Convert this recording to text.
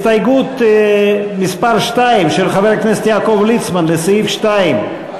הסתייגות מס' 2 של חבר הכנסת יעקב ליצמן לסעיף 2,